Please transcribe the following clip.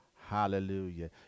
hallelujah